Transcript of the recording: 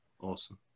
Awesome